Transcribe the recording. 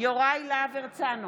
יוראי להב הרצנו,